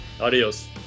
Adios